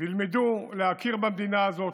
וילמדו להכיר במדינה הזאת,